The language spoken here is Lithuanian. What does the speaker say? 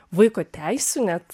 vaiko teisių net